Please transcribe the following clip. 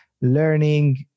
learning